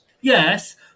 Yes